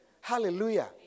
Hallelujah